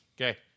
Okay